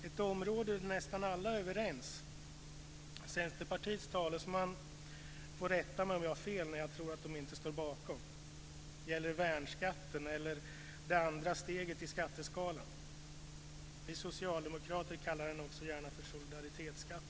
Ett område där nästan alla är överens - Centerpartiets talesman får rätta mig om jag har fel, men jag tror att det inte står bakom - gäller värnskatten, eller det andra steget i skatteskalan. Vi socialdemokrater kallar den också gärna för solidaritetsskatten.